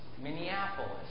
Minneapolis